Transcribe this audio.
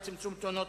22,